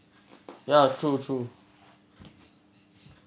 ya true true